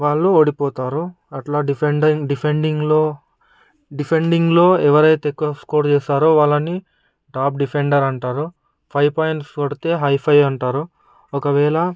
వాళ్ళు ఓడిపోతారు అట్లా డిఫెండిం డిఫెండింగ్లో డిఫైన్డింగ్ లో ఎవరైతే ఎక్కువ స్కోరు చేస్తారో వాళ్ళని టాప్ డిఫెండర్ అంటారు ఫైవ్ పాయింట్స్ కొడితే హైఫై అంటారు ఒకవేళ